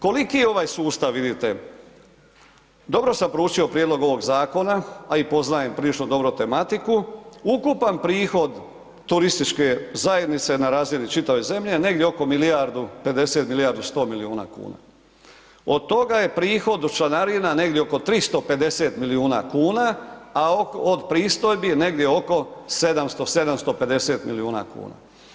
Koliki je ovaj sustav vidite, dobro sam proučio prijedlog ovog zakona, a i poznajem prilično dobro tematiku, ukupan prihod turističke zajednice na razini čitave zemlje je negdje oko milijardu 50, milijardu 100 milijuna kuna, od toga je prihod od članarina negdje oko 350 milijuna kuna, a od pristojbi negdje oko 700, 750 milijuna kuna.